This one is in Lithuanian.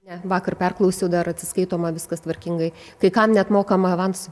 ne vakar perklausiau dar atsiskaitoma viskas tvarkingai kai kam net mokama avansu